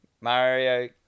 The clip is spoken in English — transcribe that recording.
Mario